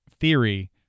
theory